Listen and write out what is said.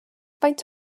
faint